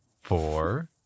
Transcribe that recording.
four